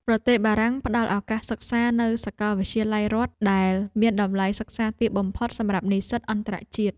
ប្រទេសបារាំងផ្តល់ឱកាសសិក្សានៅសាកលវិទ្យាល័យរដ្ឋដែលមានតម្លៃសិក្សាទាបបំផុតសម្រាប់និស្សិតអន្តរជាតិ។